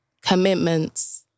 commitments